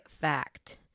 fact